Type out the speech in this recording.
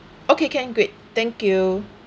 okay can great thank you